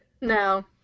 no